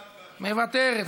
מוותרת,